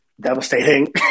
devastating